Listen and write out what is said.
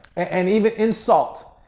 and even insult.